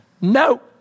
no